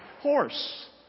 horse